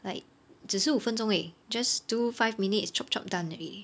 like 只是五分钟而已 just five minutes chop chop done already